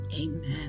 Amen